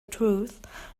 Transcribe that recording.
truth